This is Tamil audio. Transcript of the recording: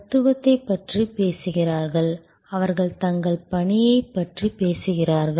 தத்துவத்தைப் பற்றி பேசுகிறார்கள் அவர்கள் தங்கள் பணியைப் பற்றி பேசுகிறார்கள்